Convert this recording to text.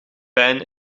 pijn